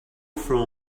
from